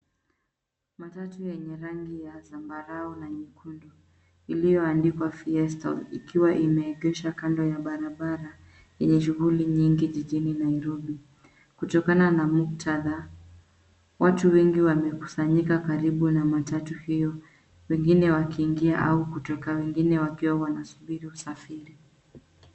Matatu yenye rangi ya zambarau na nyekundu iliyoandikwa Fiestal ikiwa imeegeshwa kando ya barabara yenye shughuli nyingi jijini Nairobi. Kutokana na muktadha, watu wengi wamekusanyika karibu na matatu hio. Wengine wakiingia au kutoka, wengine wakiwa wanasubiri usafiri.